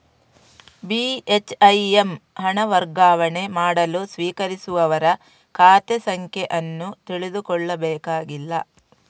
ಬಿ.ಹೆಚ್.ಐ.ಎಮ್ ಹಣ ವರ್ಗಾವಣೆ ಮಾಡಲು ಸ್ವೀಕರಿಸುವವರ ಖಾತೆ ಸಂಖ್ಯೆ ಅನ್ನು ತಿಳಿದುಕೊಳ್ಳಬೇಕಾಗಿಲ್ಲ